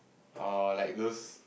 oh like those